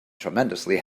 tremendously